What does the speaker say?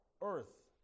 earth